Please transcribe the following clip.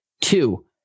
Two